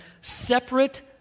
separate